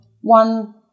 one